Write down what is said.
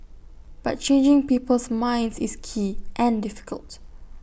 but changing people's minds is key and difficult